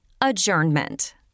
Adjournment